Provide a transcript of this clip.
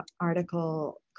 article